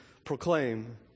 Proclaim